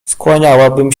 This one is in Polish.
skłaniałabym